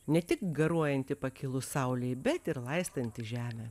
ne tik garuojanti pakilus saulei bet ir laistanti žemę